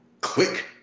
click